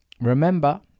Remember